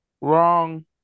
Wrong